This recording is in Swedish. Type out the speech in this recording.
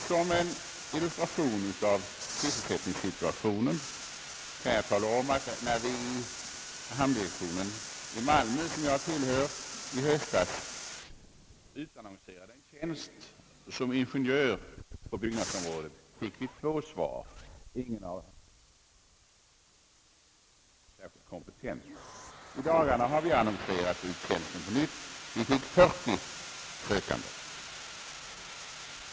Som en illustration av sysselsättningssituationen kan jag tala om att när vi i hamndirektionen i Malmö, som jag tillhör, i höstas utannonserade en tjänst som ingenjör på byggnadsområdet fick vi två svar. Ingen av de båda sökandena var särskilt kompetent. I dagarna har vi annonserat ut tjänsten på nytt. Vi har fått 40 sökande.